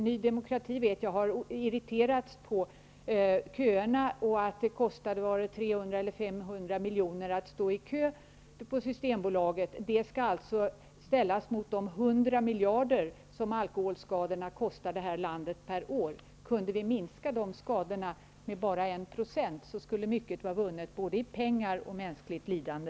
Jag vet att Ny demokrati har irriterats på köerna och har räknat ut att det kostade 300, eller var det 500 miljoner att stå i kö där. Detta skall ställas mot de 100 miljarder som alkoholskadorna kostar det här landet varje år. Kunde vi minska de skadorna med bara en procent skulle mycket vara vunnet både i pengar och mänskligt lidande.